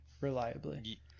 reliably